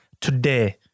today